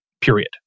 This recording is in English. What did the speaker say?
period